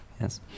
Yes